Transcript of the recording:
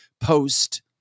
post